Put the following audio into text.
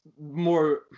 more